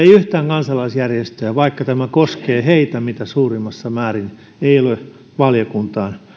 ei yhtään kansalaisjärjestöä vaikka tämä koskee heitä mitä suurimmassa määrin ei ole valiokuntaan